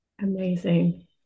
amazing